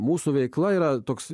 mūsų veikla yra toks